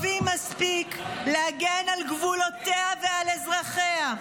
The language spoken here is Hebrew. טובים מספיק להגן על גבולותיה ועל אזרחיה.